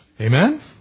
Amen